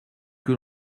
que